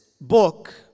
book